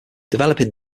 developing